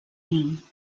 rain